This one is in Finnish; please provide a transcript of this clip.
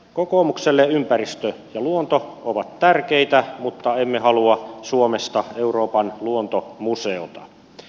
kokoomukselle ympäristö ja luonto ovat tärkeitä mutta emme halua suomesta euroopan luontomuseota